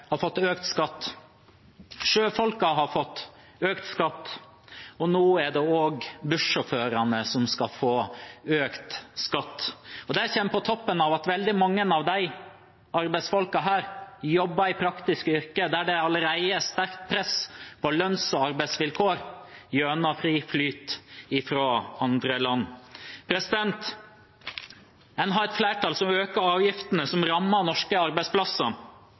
har fått økt skatt, sjøfolkene har fått økt skatt, og nå er det også bussjåførene som skal få økt skatt. Og dette kommer på toppen av at veldig mange av disse arbeidsfolkene jobber i praktiske yrker der det allerede er sterkt press på lønns- og arbeidsvilkår gjennom fri flyt fra andre land. En har et flertall som øker avgiftene som rammer norske arbeidsplasser,